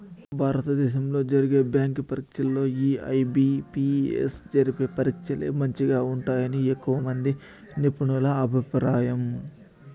భారత దేశంలో జరిగే బ్యాంకి పరీచ్చల్లో ఈ ఐ.బి.పి.ఎస్ జరిపే పరీచ్చలే మంచిగా ఉంటాయని ఎక్కువమంది నిపునుల అభిప్రాయం